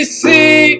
see